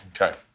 Okay